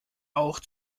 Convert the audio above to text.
auch